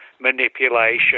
manipulation